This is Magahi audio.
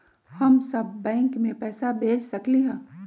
हम सब बैंक में पैसा भेज सकली ह?